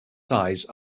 size